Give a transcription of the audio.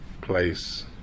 place